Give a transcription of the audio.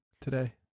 today